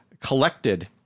collected